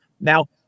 Now